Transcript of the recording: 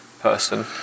person